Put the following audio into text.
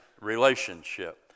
relationship